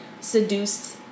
seduced